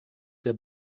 der